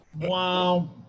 Wow